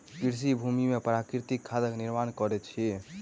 कृषक भूमि में प्राकृतिक खादक निर्माण करैत अछि